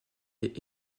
est